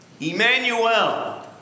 Emmanuel